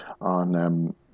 on